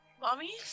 Mommy